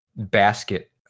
Basket